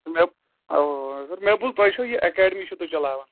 مےٚ اَوا اَوا سَر مےٚ بوٗز تۄہہِ چھُو یہِ اٮ۪کیڈمی چھُو تُہۍ چلاوان